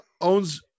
owns